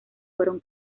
fueron